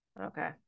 okay